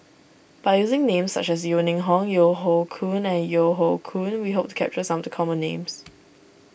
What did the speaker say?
by using names such as Yeo Ning Hong Yeo Hoe Koon Yeo Hoe Koon we hope to capture some of the common names